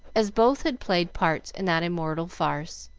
as both had played parts in that immortal farce.